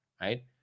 right